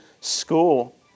school